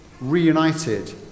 reunited